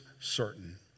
certain